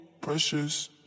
precious